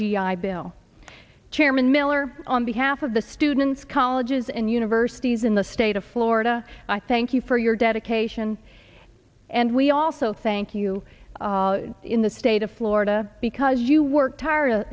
i bill chairman miller on behalf of the students colleges and universities in the state of florida i thank you for your dedication and we also thank you in the state of florida because you work tire